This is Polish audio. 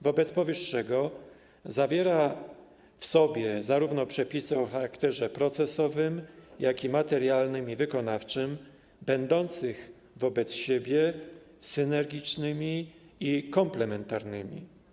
Wobec powyższego zawiera w sobie przepisy o charakterze zarówno procesowym, jak i materialnym i wykonawczym, będące wobec siebie synergicznymi i komplementarnymi.